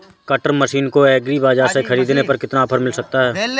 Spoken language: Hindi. कटर मशीन को एग्री बाजार से ख़रीदने पर कितना ऑफर मिल सकता है?